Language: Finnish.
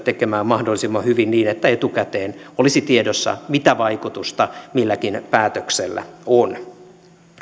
tekemään mahdollisimman hyvin niin että etukäteen olisi tiedossa mitä vaikutusta milläkin päätöksellä on